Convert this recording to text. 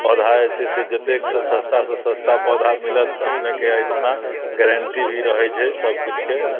पौधा जे छै से जतेकसँ सस्तासँ सस्ता पौधा मिलत अपनेके एहिठिना गैरेन्टी भी रहैत छै सब किछुके